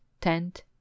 tent